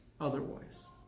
otherwise